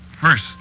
first